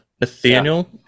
Nathaniel